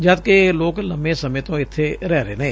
ਜਦਕਿ ਇਹ ਲੋਕ ਲੰਮੇ ਸਮੇਂ ਤੋਂ ਇੱਥੇ ਰਹਿ ਰਹੇ ਨੇ